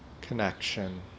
connection